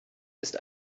ist